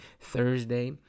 Thursday